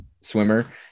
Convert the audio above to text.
swimmer